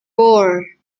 four